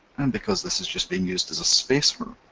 and because this is just being used as a spacer,